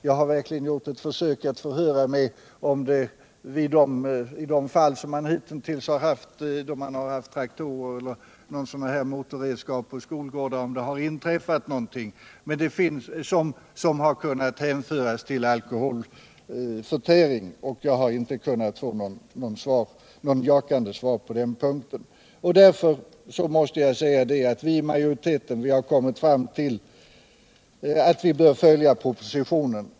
Jag har verkligen gjort ett försök att förhöra mig om det i de fall som hittills förekommit, då man har haft traktorer eller motorredskap på skolgårdar, har inträffat några olyckor som har kunnat hänföras till alkoholförtäring, men jag har inte kunnat få något jakande svar på den punkten. Utskottsmajoriteten har därför kommit fram till att vi bör följa propositionen.